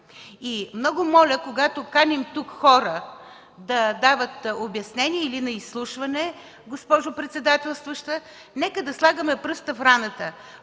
Много моля, когато каним тук хора да дават обяснение или на изслушване, госпожо председателстваща, нека да слагаме пръста в раната.